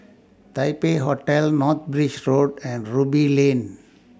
Taipei Hotel North Bridge Road and Ruby Lane